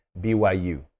BYU